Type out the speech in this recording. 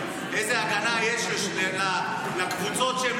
שהיא שולטת.